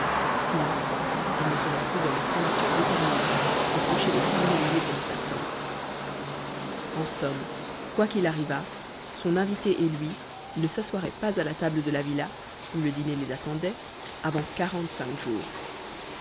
sinon elle ne serait plus dans les conditions déterminées pour toucher les cent mille livres de sa tante en somme quoi qu'il arrivât son invité et lui ne s'asseoiraient pas à la table de la villa où le dîner les attendait avant quarante-cinq jours